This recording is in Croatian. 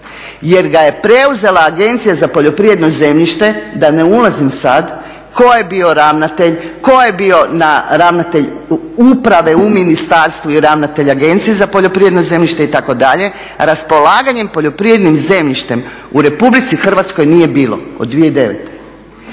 jer ga je preuzela Agencija za poljoprivredno zemljište da ne ulazim sad tko je bio ravnatelj, tko je bio ravnatelj uprave u ministarstvu i ravnatelj Agencije za poljoprivredno zemljište itd. Raspolaganjem poljoprivrednim zemljištem u Republici Hrvatskoj nije bilo od 2009.